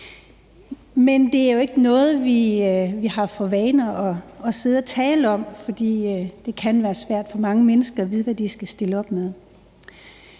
Men det er jo ikke noget, vi har for vane at sidde tale om, for det kan være svært for mange mennesker at vide, hvad de skal stille op med